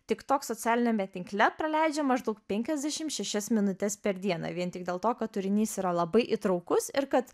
tiktok socialiniame tinkle praleidžia maždaug penkiasdešim šešias minutes per dieną vien tik dėl to kad turinys yra labai įtrūkus ir kad